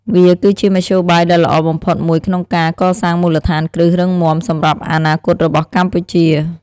វាគឺជាមធ្យោបាយដ៏ល្អបំផុតមួយក្នុងការ កសាងមូលដ្ឋានគ្រឹះរឹងមាំ សម្រាប់អនាគតរបស់កម្ពុជា។